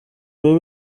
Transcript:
rero